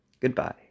goodbye